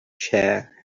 share